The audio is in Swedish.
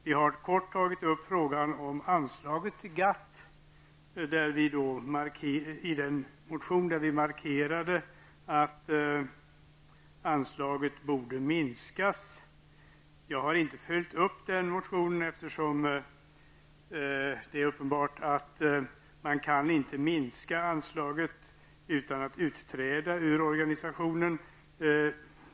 Vi har i korthet tagit upp frågan om anslaget till GATT i den motion där vi markerade att anslaget borde minskas. Jag har inte följt upp motionen, eftersom det är uppenbart att man inte kan minska anslagen utan att utträda ur organisationen.